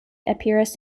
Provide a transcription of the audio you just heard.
epirus